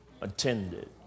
attended